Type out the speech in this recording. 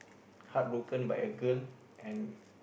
heartbroken by a girl and